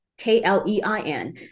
K-L-E-I-N